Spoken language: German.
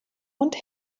und